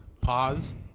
Pause